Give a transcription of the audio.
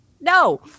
no